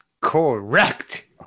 Correct